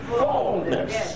fullness